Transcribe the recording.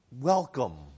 welcome